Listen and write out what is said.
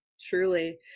truly